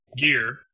gear